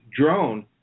drone